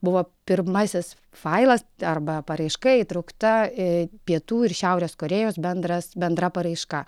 buvo pirmasis failas arba paraiška įtraukta pietų ir šiaurės korėjos bendras bendra paraiška